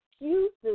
Excuses